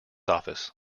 office